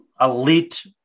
elite